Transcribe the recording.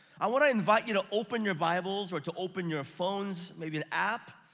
i want to invite you to open your bibles, or to open your phones, maybe an app,